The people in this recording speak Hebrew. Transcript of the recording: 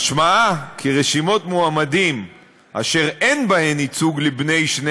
משמעה כי רשימות מועמדים אשר אין בהן ייצוג לבני שני